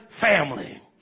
family